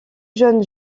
jeunes